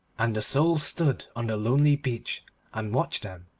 and the soul stood on the lonely beach and watched them.